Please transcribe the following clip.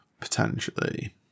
Potentially